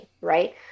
right